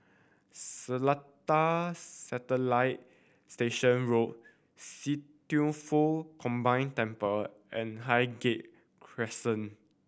Seletar Satellite Station Road See Foh Combined Temple and Highgate Crescent